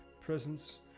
presence